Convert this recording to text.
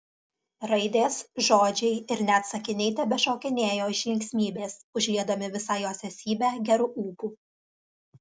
raidės žodžiai ir net sakiniai tebešokinėjo iš linksmybės užliedami visą jos esybę geru ūpu